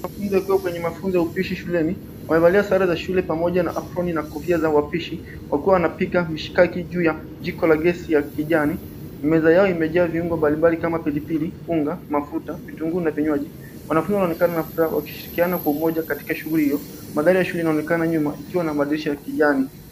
Wanafunzi wakiwa kwenye mafunzo ya upishi shuleni, wamevalia sare za shule pamoja na aproni na kofia za wapishi, wakiwa wanapika, mishikaki juu ya, jiko la gesi ya kijani, meza yao imejaa viungo mbalimbali kama pilipili, unga, mafuta, vitunguu na vinywaji. Wanafunzi wanaonekana na furaha wakishirikiana kwa umoja katika shughuli hio. Mandhari ya shule inaonekana nyuma ikiwa na madirisha ya kijani.